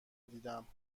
دیدم